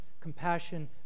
compassion